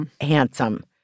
handsome